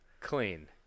Clean